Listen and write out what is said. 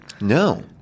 No